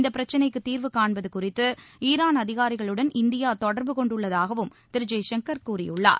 இந்தப் பிரச்ளைக்குத் தீர்வு காண்பது குறித்து ஈரான் அதிகாரிகளுடன் இந்தியா கொடர்பு கொண்டுள்ளதாகவும் திரு ஜெய்சங்கர் கூறியுள்ளார்